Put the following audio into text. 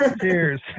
Cheers